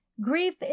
grief